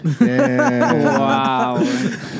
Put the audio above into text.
Wow